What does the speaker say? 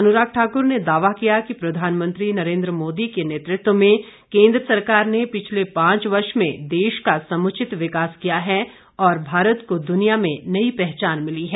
अनुराग ठाकुर ने दावा किया कि प्रधानमंत्री नरेंद्र मोदी के नेतृत्व में केंद्र सरकार ने पिछले पांच वर्ष में देश का समूचित विकास किया है और भारत को दुनिया में नई पहचान मिली है